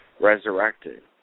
resurrected